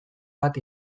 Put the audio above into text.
bat